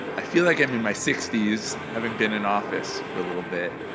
i feel like i'm in my sixty s having been in office for a little bit,